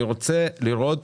אני רוצה לראות